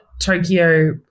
Tokyo